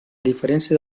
diferència